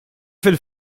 fil